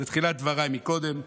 בתחילת דבריי קודם: